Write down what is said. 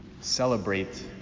celebrate